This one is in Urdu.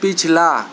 پچھلا